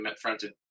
fronted